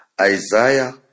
Isaiah